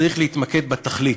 צריך להתמקד בתכלית,